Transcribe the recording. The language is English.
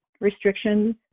restrictions